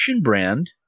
brand